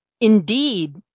indeed